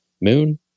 Moon